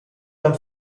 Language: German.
beim